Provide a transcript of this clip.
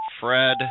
Fred